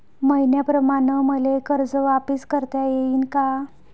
मईन्याप्रमाणं मले कर्ज वापिस करता येईन का?